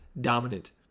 Dominant